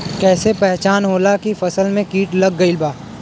कैसे पहचान होला की फसल में कीट लग गईल बा?